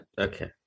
Okay